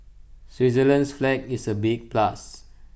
Switzerland's flag is A big plus